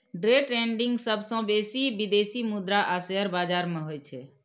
day trading सबसं बेसी विदेशी मुद्रा आ शेयर बाजार मे होइ छै